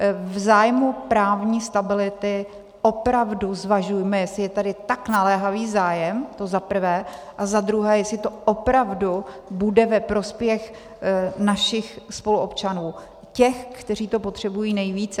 V zájmu právní stability opravdu zvažujme, jestli je tady tak naléhavý zájem, to zaprvé, a zadruhé, jestli to opravdu bude ve prospěch našich spoluobčanů, těch, kteří to potřebují nejvíce.